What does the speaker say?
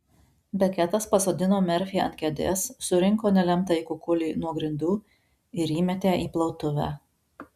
beketas pasodino merfį ant kėdės surinko nelemtąjį kukulį nuo grindų ir įmetė į plautuvę